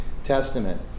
testament